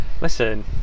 listen